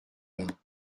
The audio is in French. bains